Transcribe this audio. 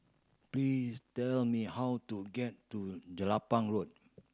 please tell me how to get to Jelapang Road